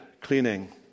cleaning